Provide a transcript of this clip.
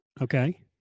Okay